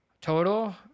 Total